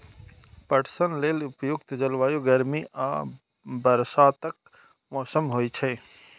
पटसन लेल उपयुक्त जलवायु गर्मी आ बरसातक मौसम होइ छै